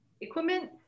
Equipment